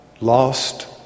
lost